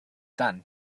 done